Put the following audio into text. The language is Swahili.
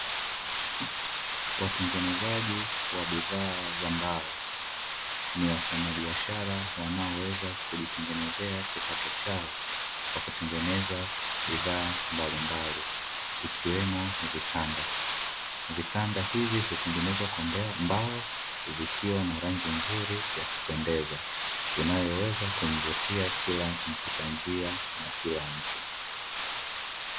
Watengenezaji wa bidhaa za mbao. Ni wafanyabiashara wanaoweza kujitengenezea kipato chao kwa kutengeneza bidhaa mbalimbali ikiwemo vitanda. Vitanda hivi hutengenezwa kwa mbao zikiwa na rangi nzuri ya kupendeza, inayoweza kumvutia kila mpita njia na kila mtu.